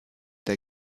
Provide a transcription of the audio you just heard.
der